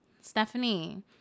Stephanie